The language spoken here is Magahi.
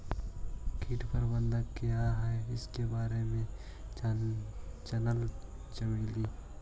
कीट प्रबनदक क्या है ईसके बारे मे जनल चाहेली?